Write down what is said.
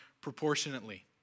proportionately